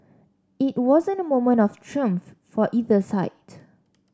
it wasn't a moment of triumph for either side